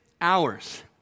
hours